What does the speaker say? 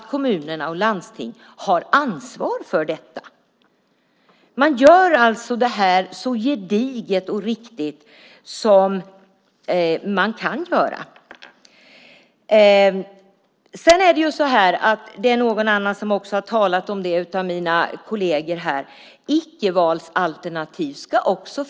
Kommuner och landsting har ansvar för detta. Man gör detta så gediget och riktigt som man kan. Någon av mina kolleger har också talat om att det även ska finnas icke-valsalternativ.